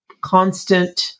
constant